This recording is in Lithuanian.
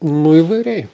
nu įvairiai